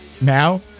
Now